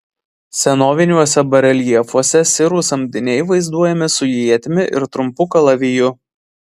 senoviniuose bareljefuose sirų samdiniai vaizduojami su ietimi ir trumpu kalaviju